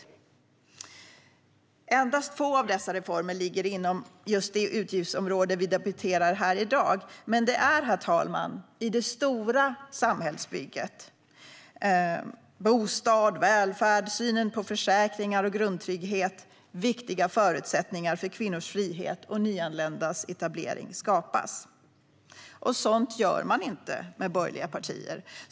Endast få av dessa reformer ligger inom det utgiftsområde vi debatterar i dag. Men det är, herr talman, i det stora samhällsbygget - bostad, välfärd, synen på försäkringar och grundtrygghet - som viktiga förutsättningar för kvinnors frihet och nyanländas etablering skapas. Sådant gör man inte med borgerliga partier.